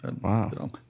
Wow